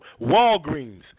Walgreens